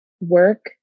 work